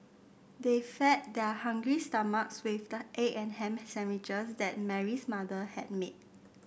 they fed their hungry stomachs with the egg and ham sandwiches that Mary's mother had made